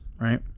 right